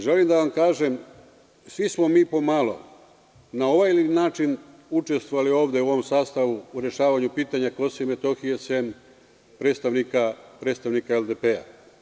Želim da vam kažem, svi smo mi pomalo na ovaj način učestvovali ovde u ovom sastavu u rešavanju pitanja Kosova i Metohije sem predstavnika LDP.